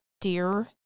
dear